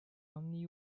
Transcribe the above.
omni